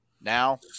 Now